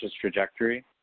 trajectory